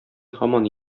һаман